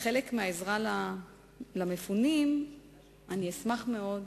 כחלק מהעזרה למפונים אני אשמח מאוד